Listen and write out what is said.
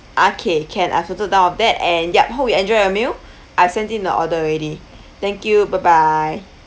ah K can I've noted down of that and yup hope you enjoy your meal I've sent in the order already thank you bye bye